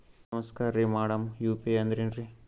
ನಮಸ್ಕಾರ್ರಿ madam UPI ಅಂದ್ರೆನ್ರಿ?